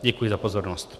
Děkuji za pozornost.